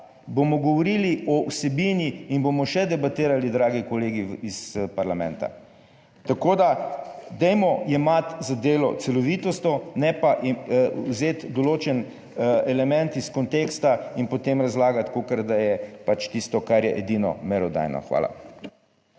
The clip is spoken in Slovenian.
bomo govorili o vsebini in bomo še debatirali, dragi kolegi iz parlamenta. Tako, da dajmo jemati za delo celovitost(?), ne pa vzeti določen element iz konteksta in potem razlagati, kakor, da je pač tisto, kar je edino merodajno. Hvala.